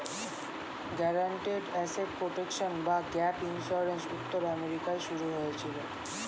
guaranteed asset protection বা gap insurance উত্তর আমেরিকায় শুরু হয়েছিল